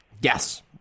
yes